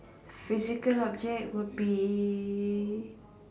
physical object will be